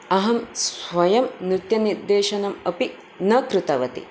अहं स्वयं नृत्यनिर्देशनम् अपि न कृतवति